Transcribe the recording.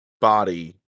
body